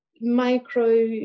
micro